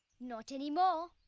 not anymore.